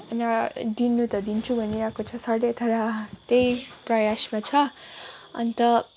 होइन दिनु त दिन्छु भनिरहेको छ सरले तर त्यही प्रयासमा छ अन्त